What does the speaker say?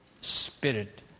spirit